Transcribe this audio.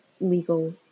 legal